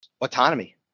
Autonomy